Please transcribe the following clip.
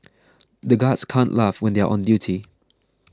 the guards can't laugh when they are on duty